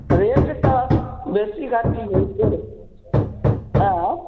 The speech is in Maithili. रेट तऽ बेसी घटी होइते छै अँए